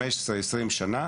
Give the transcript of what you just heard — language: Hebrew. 15 ו-20 שנה,